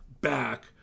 back